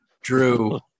Drew